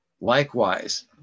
Likewise